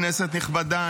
כנסת נכבדה,